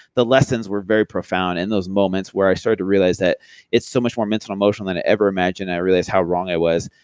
the lessons were very profound in those moments where i started to realize that it's so much more mental emotional than ever imagined and i realized how wrong i was.